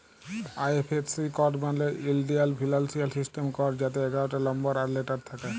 IFSC code মালে ইলডিয়াল financial system code যাতে এগারটা লম্বর আর লেটার থ্যাকে